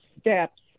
steps